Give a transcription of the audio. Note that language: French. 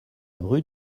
rue